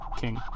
king